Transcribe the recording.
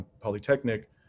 Polytechnic